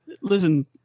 Listen